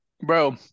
Bro